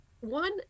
one